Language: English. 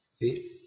See